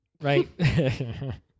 right